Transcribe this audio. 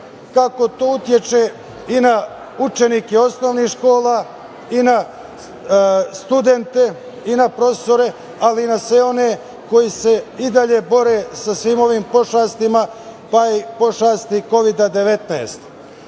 kako to utiče na učenike osnovnih škola i na studente, na profesore, ali i na sve one koji se i dalje bore sa svim ovim pošastima, pa i pošasti Kovida -